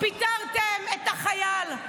פיטרתם את החייל.